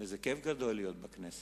וזה כיף גדול להיות בכנסת.